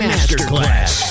Masterclass